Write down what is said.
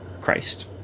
Christ